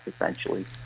essentially